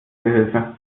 hilfe